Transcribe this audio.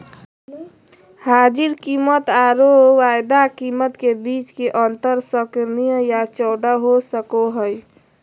हाजिर कीमतआरो वायदा कीमत के बीच के अंतर संकीर्ण या चौड़ा हो सको हइ